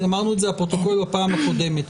אמרנו את זה לפרוטוקול בפעם הקודמת.